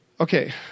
Okay